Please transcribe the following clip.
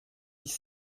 dix